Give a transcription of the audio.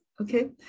okay